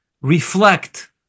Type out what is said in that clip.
reflect